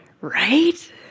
right